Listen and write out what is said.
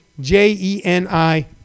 J-E-N-I